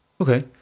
okay